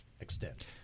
extent